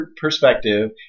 perspective